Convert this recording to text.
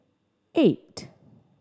eight